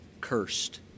cursed